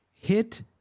hit